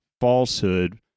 falsehood